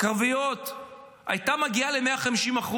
קרביות הייתה מגיעה ל-150%,